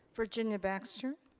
virginia baxter?